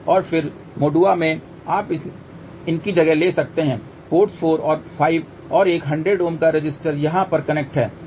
और फिर मोडुआ में आप इनकी जगह ले सकते हैं पोर्ट्स 4 और 5 और एक 100 Ω का रेसिस्टर यहाँ पर कनेक्ट हैं